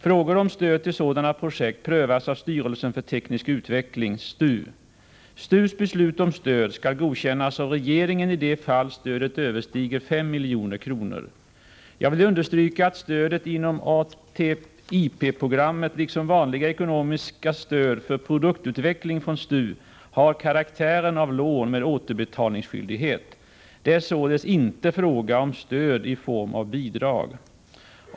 Frågor om stöd till sådana projekt prövas av styrelsen för teknisk utveckling, STU. STU:s beslut om stöd skall godkännas av regeringen i de fall stödet överstiger 5 milj.kr. Jag vill understryka att stödet inom ATIP-programmet, liksom vanliga ekonomiska stöd för produktutveckling från STU, har karaktären av lån med återbetalningsskyldighet. Det är således inte fråga om stöd i form av bidrag.